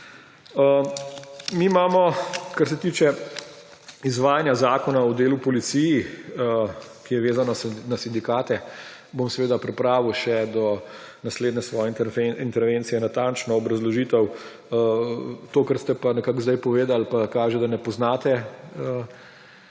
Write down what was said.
Mi imamo, kar se tiče izvajanja zakona o delu v policiji, ki je vezana na sindikate, bom seveda pripravil še do naslednje svoje intervencije natančno obrazložitev. To, kar ste pa nekako do sedaj povedali, pa kaže, da ne poznate